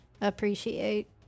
appreciate